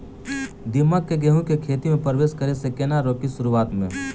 दीमक केँ गेंहूँ केँ खेती मे परवेश करै सँ केना रोकि शुरुआत में?